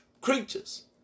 creatures